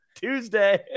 Tuesday